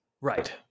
right